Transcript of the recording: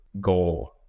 goal